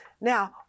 Now